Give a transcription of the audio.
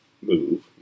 move